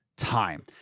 time